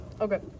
okay